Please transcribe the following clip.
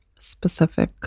specific